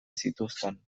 zituzten